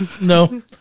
No